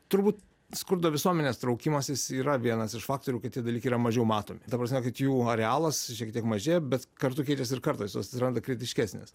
turbūt skurdo visuomenės traukimasis yra vienas iš faktorių kiti dalykai yra mažiau matomi ta prasme kad jų arealas šiek tiek mažėja bet kartu keitėsi ir kartos jos atsiranda kritiškesnės